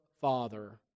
Father